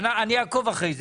אעקוב אחרי זה.